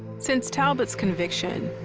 since talbott's conviction,